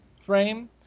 frame